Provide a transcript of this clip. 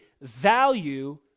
value